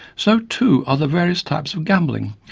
so too are the various types of gambling,